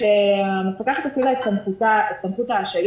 כשהמפקחת הפעילה את סמכות ההשהיה,